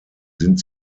sind